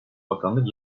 bakanlık